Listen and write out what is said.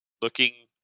looking